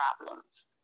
problems